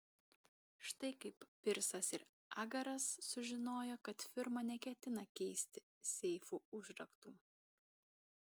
štai kaip pirsas ir agaras sužinojo kad firma neketina keisti seifų užraktų